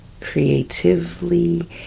creatively